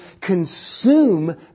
consume